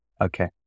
Okay